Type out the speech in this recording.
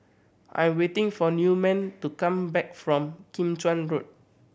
I am waiting for Newman to come back from Kim Chuan Road